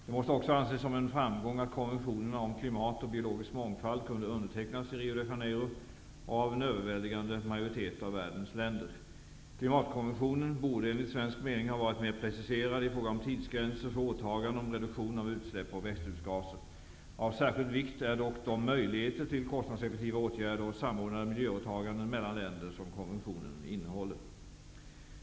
Det måste också anses som en framgång att konventionerna om klimat och biologisk mångfald kunde undertecknas i Rio de Janeiro och av en överväldigande majoritet av världens länder. Klimatkonventionen borde enligt svensk mening ha varit mer preciserad i fråga om tidsgränser för åtaganden om reduktion av utsläpp av växthusgaser. Av särskild vikt är dock de möjligheter till kostnadseffektiva åtgärder och samordnade miljöåtaganden mellan länder som konventionen innehåller.